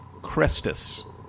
Crestus